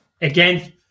Again